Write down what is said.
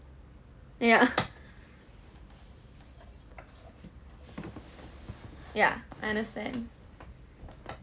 ya ya I understand